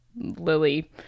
Lily